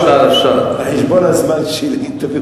אפילו על חשבון הזמן שלי.